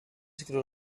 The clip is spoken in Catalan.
escriure